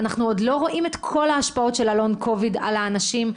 אנחנו עוד לא רואים את כל ההשפעות של הלונג קוביד על האנשים.